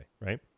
right